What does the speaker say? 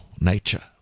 nature